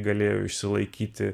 galėjo išsilaikyti